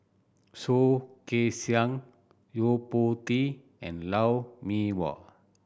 Soh Kay Siang Yo Po Tee and Lou Mee Wah